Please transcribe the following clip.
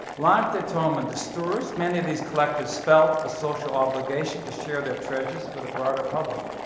like de tome and de stures, many of these collectors felt a social obligation to share their treasures with a broader public.